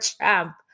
champ